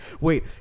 Wait